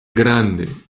grande